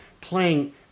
playing